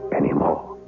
anymore